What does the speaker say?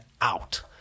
out